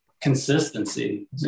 consistency